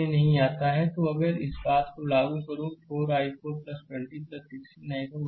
slide समय देखें 3151 तो अगर इस बात को लागू करें 4 i4 20 16 i4 I3 में